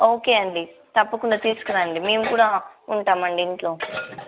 okay అండి తప్పకుండా తీసుకురండి మేము కూడా ఉంటామండి ఇంట్లో